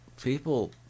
people